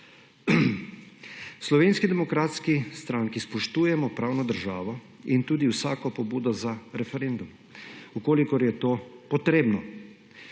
Slovenski demokratski stranki spoštujemo pravno državo in tudi vsako pobudo za referendum, če je to potrebno,